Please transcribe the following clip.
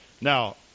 Now